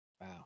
Wow